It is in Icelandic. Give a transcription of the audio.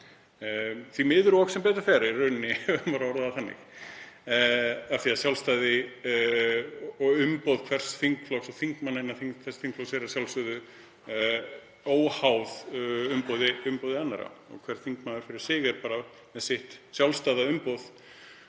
Því miður, og sem betur fer, ef þannig má orða það, af því að sjálfstæði og umboð hvers þingflokks, og þingmanna innan þess þingflokks, er að sjálfsögðu óháð umboði annarra. Hver þingmaður fyrir sig er bara með sitt sjálfstæða umboð